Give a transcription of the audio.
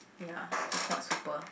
ya is not super